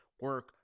Work